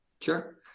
Sure